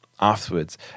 Afterwards